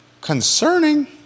Concerning